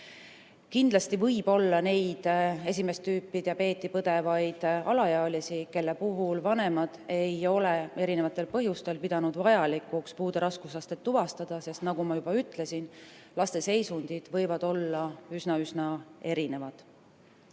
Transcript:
Kindlasti võib olla neid esimest tüüpi diabeeti põdevaid alaealisi, kelle puhul vanemad ei ole erinevatel põhjustel pidanud vajalikuks puude raskusastet tuvastada, sest, nagu ma juba ütlesin, laste seisundid võivad olla üsna-üsna erinevad. Mis